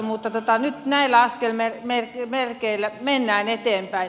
mutta nyt näillä askelmerkeillä mennään eteenpäin